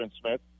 Smith